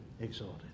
exalted